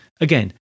again